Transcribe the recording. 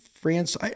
France –